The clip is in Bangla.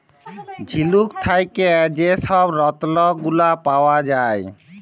ঝিলুক থ্যাকে যে ছব রত্ল গুলা পাউয়া যায়